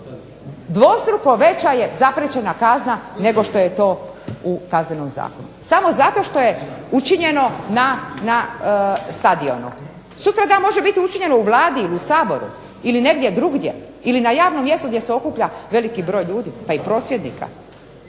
dvostruko veća je zapriječena kazna nego što je to u Kaznenom zakonu samo zato što je učinjeno na stadionu. Sutradan može biti učinjeno u Vladi ili u Saboru ili negdje drugdje ili na javnom mjestu gdje se okuplja veliki broj ljudi, pa i prosvjednika.